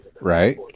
Right